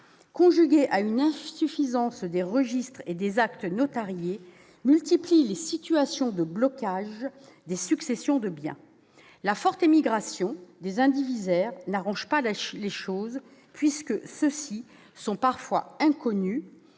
conjuguée à une insuffisance des registres et des actes notariés, multiplie les situations de blocage des successions de biens. La forte émigration des indivisaires n'arrange pas les choses, puisque ceux-ci sont parfois inconnus,